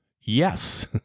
Yes